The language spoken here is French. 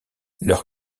leur